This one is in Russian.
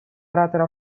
оратора